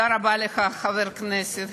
תודה רבה לך, חבר הכנסת